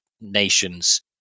nations